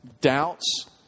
doubts